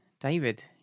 David